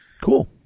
Cool